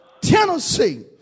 Tennessee